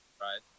right